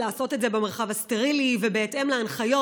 לעשות את זה במרחב הסטרילי ובהתאם להנחיות,